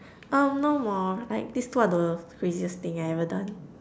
um no more like these two are the craziest thing I've ever done